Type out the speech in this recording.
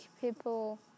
people